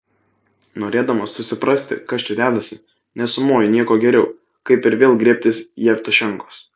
norėdamas susiprasti kas čia dedasi nesumoju nieko geriau kaip ir vėl griebtis jevtušenkos